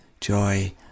joy